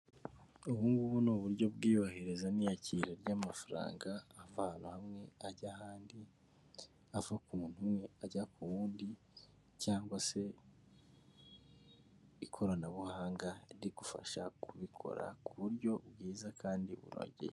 Ubungubu ni uburyo bw'iyohereza n'iyakira ry'amafaranga avana hamwe ajya ahandi ava ku muntu umwe ajya ku wundi cyangwa se ikoranabuhanga rigufasha kubikora ku buryo bwiza kandi buogeye.